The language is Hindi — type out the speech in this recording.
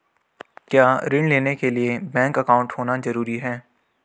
क्या ऋण लेने के लिए बैंक अकाउंट होना ज़रूरी है?